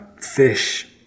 fish